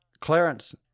Clarence